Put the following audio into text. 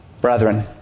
Brethren